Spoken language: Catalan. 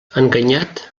enganyat